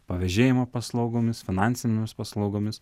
pavėžėjimo paslaugomis finansinėmis paslaugomis